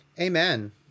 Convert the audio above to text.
Amen